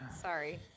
Sorry